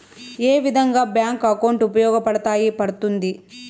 ఏ విధంగా bank account ఉపయోగపడతాయి పడ్తుంది